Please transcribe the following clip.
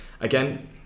again